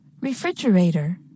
Refrigerator